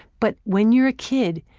but when you're a kid,